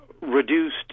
reduced